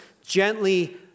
gently